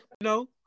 No